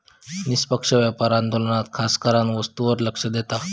निष्पक्ष व्यापार आंदोलन खासकरान वस्तूंवर लक्ष देता